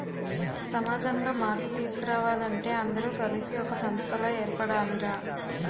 సమాజంలో మార్పు తీసుకురావాలంటే అందరూ కలిసి ఒక సంస్థలా ఏర్పడాలి రా